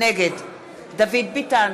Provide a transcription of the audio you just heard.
נגד דוד ביטן,